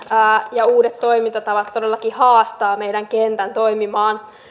uudet toimintatavat todellakin haastavat meidän kenttämme toimimaan